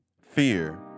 fear